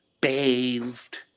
bathed